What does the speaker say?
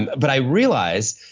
but i realized,